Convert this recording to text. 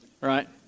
Right